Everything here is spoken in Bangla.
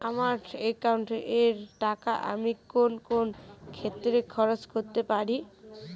আমার একাউন্ট এর টাকা আমি কোন কোন ক্ষেত্রে খরচ করতে পারি?